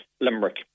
Limerick